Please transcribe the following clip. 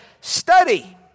Study